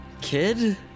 kid